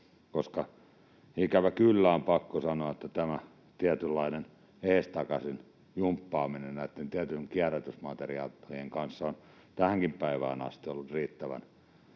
koska ikävä kyllä on pakko sanoa, että tämä tietynlainen edestakaisin jumppaaminen näitten tiettyjen kierrätysmateriaalien kanssa on tähänkin päivään asti ollut riittävän